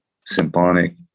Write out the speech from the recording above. symphonic